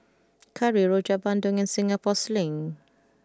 Curry Rojak Bandung and Singapore Sling